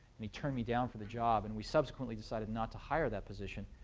and he turned me down for the job. and we subsequently decided not to hire that position.